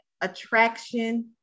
attraction